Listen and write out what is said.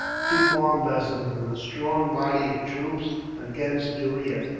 two bomb vessels, and a strong body of troops against gheriah.